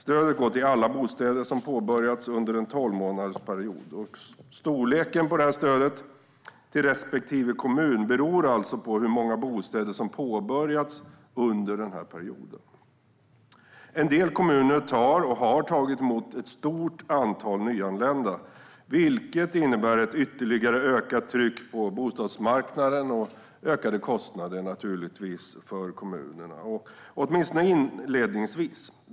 Stödet går till alla bostäder som påbörjats under en tolvmånadersperiod, och storleken på stödet till respektive kommun beror alltså på hur många bostäder som påbörjats under denna period. En del kommuner tar och har tagit emot ett stort antal nyanlända, vilket innebär ett ytterligare ökat tryck på bostadsmarknaden och naturligtvis ökade kostnader för kommunerna - åtminstone inledningsvis.